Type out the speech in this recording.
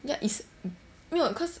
ya is 没有 cause